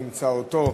או מירון אימצה אותו,